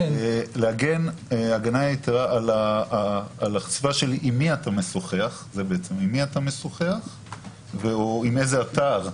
להגן הגנה יתרה על החשיפה עם מי אתה משוחח או עם איזה אתר.